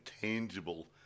tangible